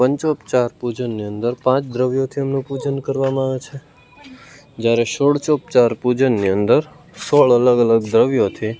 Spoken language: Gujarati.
પંચોપચાર પૂજાની અંદર પાંચ દ્રવ્યોથી એમનું પૂજન કરવામાં આવે છે જયારે ષોડશોપચાર પૂજનની અંદર પણ અલગ અલગ દ્રવ્યોથી